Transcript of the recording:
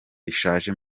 bishaje